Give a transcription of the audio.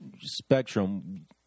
spectrum